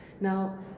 Now